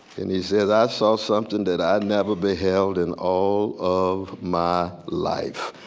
and he says, i saw something that i never beheld in all of my life.